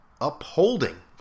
upholding